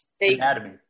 anatomy